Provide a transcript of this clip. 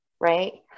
right